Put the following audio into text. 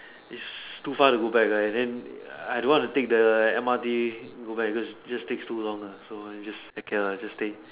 it's too far to go back there and then I don't want to take the M_R_T to go back because it just take too long uh so just heck care lah just stay